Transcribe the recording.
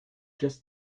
just